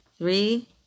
Three